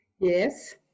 Yes